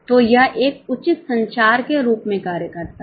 तो यह एक उचित संचार के रूप में कार्य करता है